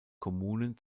kommunen